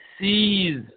sees